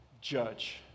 judge